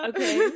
Okay